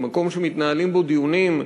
היא מקום שמתנהלים בו דיונים,